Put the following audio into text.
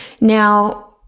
Now